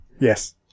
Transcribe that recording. yes